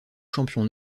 champion